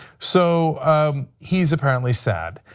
so he is apparently sad,